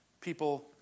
people